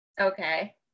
Okay